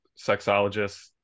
sexologists